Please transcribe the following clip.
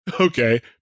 Okay